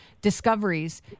discoveries